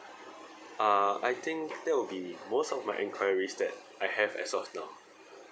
uh I think that would be most of my enquiries that I have as of now